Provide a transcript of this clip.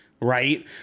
Right